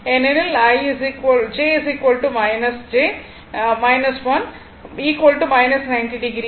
ஏனெனில் j j 90o